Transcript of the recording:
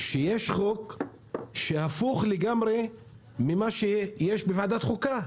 שיש חוק שהפוך לגמרי ממה שיש בוועדת החוקה.